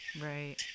Right